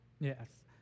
Yes